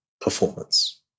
performance